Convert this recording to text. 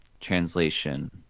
translation